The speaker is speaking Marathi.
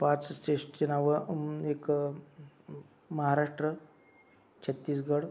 पाच स्टेट्सची नाव एक महाराष्ट्र छत्तीसगड